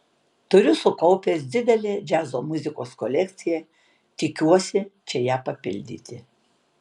turiu sukaupęs didelę džiazo muzikos kolekciją tikiuosi čia ją papildyti